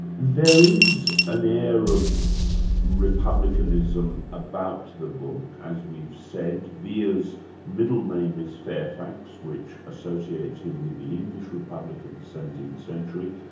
there is an air of republicanism about the book, as we've said, vere's middle name is fairfax which associates him with the english republic of the seventeenth century,